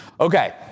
Okay